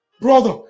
Brother